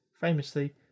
famously